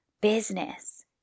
business